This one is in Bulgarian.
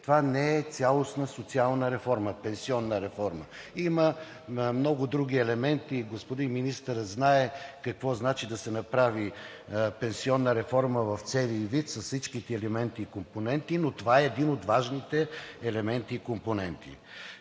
това не е цялостна социална пенсионна реформа, има много други елементи. Господин Министърът знае какво значи да се направи пенсионна реформа в целия ѝ вид, с всичките елементи и компоненти, но това е един от важните елементи и компоненти.